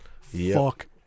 Fuck